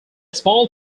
small